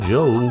Joe